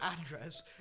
address